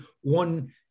one